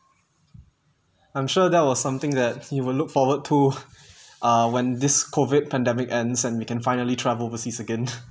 I'm sure that was something that he will look forward to uh when this COVID pandemic ends and we can finally travel overseas again